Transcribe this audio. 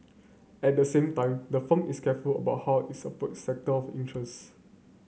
at the same time the firm is careful about how it approaches sector of interest